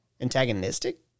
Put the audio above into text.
antagonistic